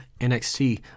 NXT